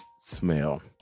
smell